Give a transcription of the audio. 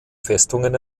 festungen